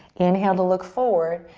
inhale to look forward.